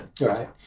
Right